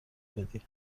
بدی